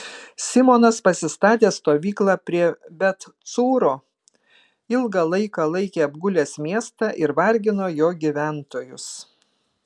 simonas pasistatė stovyklą prie bet cūro ilgą laiką laikė apgulęs miestą ir vargino jo gyventojus